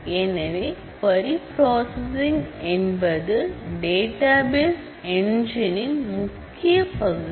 எனவே query processing என்பது database என்ஜினின் முக்கிய பகுதி